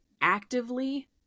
actively